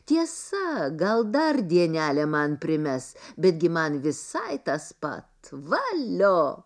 tiesa gal dar dienelę man primes betgi man visai tas pat valio